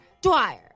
Dwyer